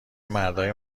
مردای